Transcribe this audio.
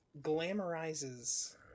glamorizes